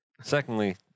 Secondly